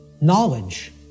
knowledge